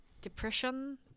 depression